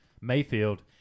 Mayfield